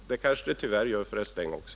Det kanske det tyvärr gör för herr Sträng också.